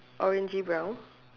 orangy brown